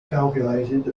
calculated